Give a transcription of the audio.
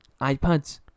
iPads